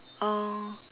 oh